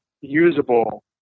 usable